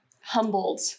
humbled